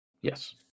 Yes